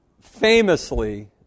famously